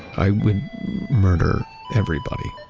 i would murder everybody